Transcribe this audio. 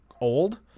old